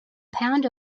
pound